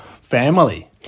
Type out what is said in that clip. family